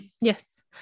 Yes